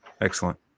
Excellent